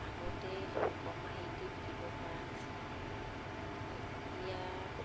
আগতে কম হেৰিতে বিকিব পৰা হৈছিলে এতিয়া